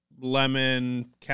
lemon